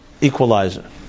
equalizer